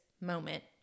moment